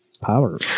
Power